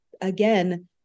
again